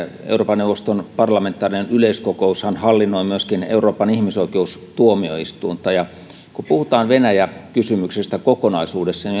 euroopan neuvoston parlamentaarinen yleiskokoushan hallinnoi myöskin euroopan ihmisoikeustuomioistuinta ja kun puhutaan venäjä kysymyksestä kokonaisuudessaan